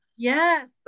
Yes